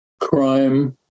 crime